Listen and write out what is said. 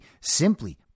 simply